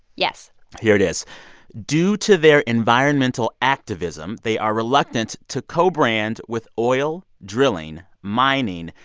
yes here it is due to their environmental activism, they are reluctant to co-brand with oil, drilling, mining,